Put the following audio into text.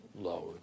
load